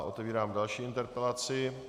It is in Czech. Otevírám další interpelaci.